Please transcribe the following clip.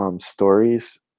stories